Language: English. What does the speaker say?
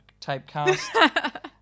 typecast